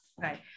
Right